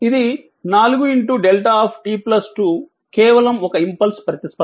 ఇది 4 δt 2 కేవలం ఒక ఇంపల్స్ ప్రతిస్పందన